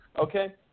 Okay